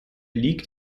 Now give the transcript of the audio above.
liegt